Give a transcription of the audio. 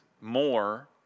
more